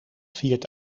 viert